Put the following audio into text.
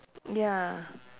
ya